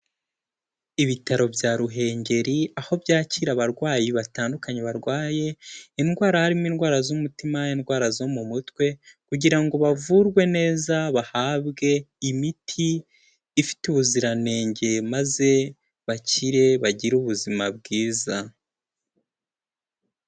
Ibitaro bya Ruhengeri aho byakira abarwayi batandukanye barwaye indwara harimo: indwara z'umutima, indwara zo mu mutwe, kugira ngo bavurwe neza bahabwe imiti ifite ubuziranenge maze bakire bagire ubuzima bwiza.